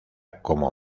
como